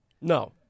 No